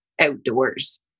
outdoors